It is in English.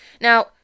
Now